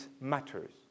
matters